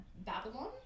Babylon